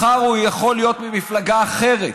מחר הוא יכול להיות ממפלגה אחרת,